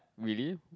really